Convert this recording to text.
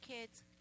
kids